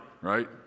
right